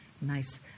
nice